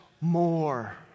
more